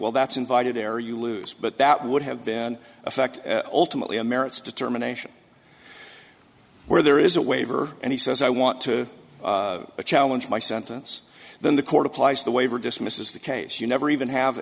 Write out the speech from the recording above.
well that's invited there you lose but that would have been an effect alternately a merits determination where there is a waiver and he says i want to challenge my sentence then the court applies the waiver dismisses the case you never even have